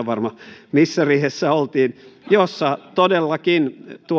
varma missä riihessä oltiin jossa todellakin